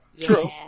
True